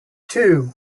two